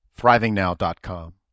ThrivingNow.com